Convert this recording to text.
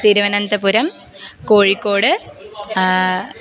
Thiruvananthapuram Kozhikode